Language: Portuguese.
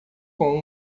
com